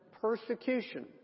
persecution